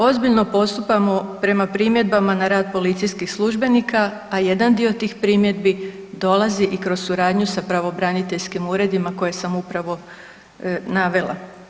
Ozbiljno postupamo prema primjedbama na rad policijskih službenika, a jedan dio tih primjedbi dolazi i kroz suradnju sa pravobraniteljskim uredima koje sam upravo navela.